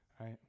right